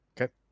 okay